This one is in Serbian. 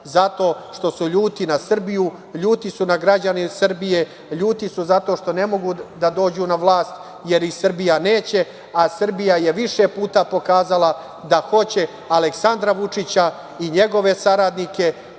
zato što su ljuti na Srbiju, ljuti su na građane Srbije, ljuti su zato što ne mogu da dođu na vlast jer ih Srbija neće, a Srbija je više puta pokazala da hoće Aleksandra Vučića i njegove saradnike,